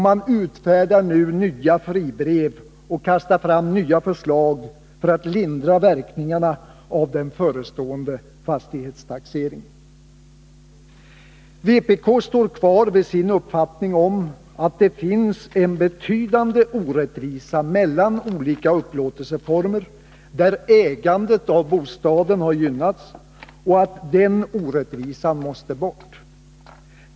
Man utfärdar nya ”fribrev” och kastar fram nya förslag för att lindra verkningarna av den förestående fastighetstaxeringen. Vpk står kvar vid sin uppfattning att det finns en betydande orättvisa mellan olika upplåtelseformer, där ägandet av bostaden har gynnats. Den orättvisan måste tas bort.